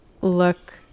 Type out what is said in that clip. look